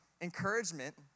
encouragement